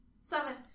Seven